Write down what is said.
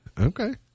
Okay